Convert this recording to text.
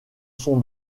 son